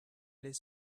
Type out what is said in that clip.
les